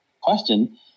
question